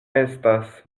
estas